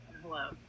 hello